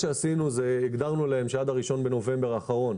הגדרנו להם שעד ל-1 בנובמבר האחרון,